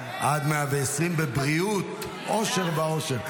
עד מאה ועשרים בבריאות, אושר ועושר.